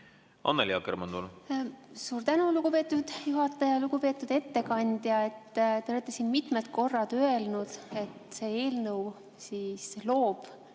Annely Akkermann, palun! Suur tänu, lugupeetud juhataja! Lugupeetud ettekandja! Te olete siin mitmel korral öelnud, et see eelnõu loob